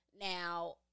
Now